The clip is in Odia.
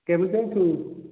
କେମିତି ଅଛୁ